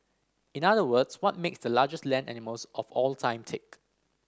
in other words what makes the largest land animals of all time tick